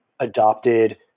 adopted